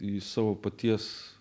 į savo paties